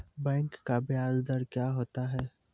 Bank का ब्याज दर क्या होता हैं?